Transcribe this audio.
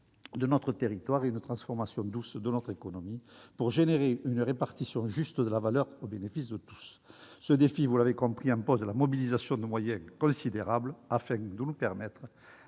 de notre territoire et d'une transformation douce de notre économie pour réaliser une répartition juste de la valeur au bénéfice de tous. Ce défi, vous l'aurez compris, impose la mobilisation de moyens considérables afin de nous permettre